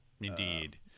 Indeed